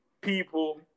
people